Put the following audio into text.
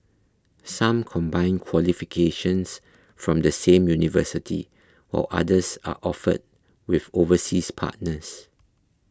some combine qualifications from the same university or others are offered with overseas partners